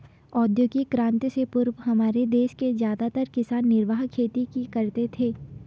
औद्योगिक क्रांति से पूर्व हमारे देश के ज्यादातर किसान निर्वाह खेती ही करते थे